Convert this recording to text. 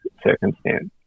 circumstance